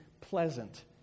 pleasant